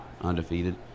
undefeated